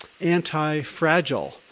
anti-fragile